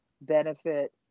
benefit